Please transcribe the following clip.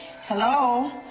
Hello